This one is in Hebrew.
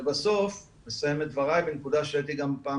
אסיים את דבריי בנקודה שהייתי גם בפעם